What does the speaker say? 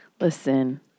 listen